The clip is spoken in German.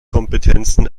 kompetenzen